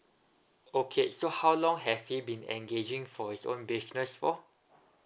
okay so how long have he been engaging for his own business for